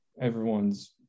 everyone's